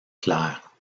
clair